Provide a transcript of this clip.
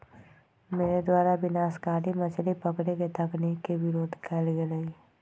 मेरे द्वारा विनाशकारी मछली पकड़े के तकनीक के विरोध कइल गेलय